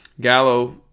Gallo